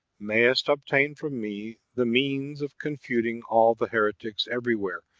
mayest obtain from me the means of confuting all the heretics everywhere,